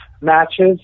matches